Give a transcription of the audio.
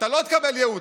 אתה לא תקבל ייעוץ.